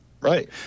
Right